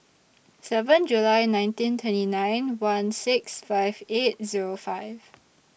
seven July nineteen twenty nine one six five eight Zero five